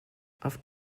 auf